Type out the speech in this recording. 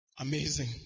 Amazing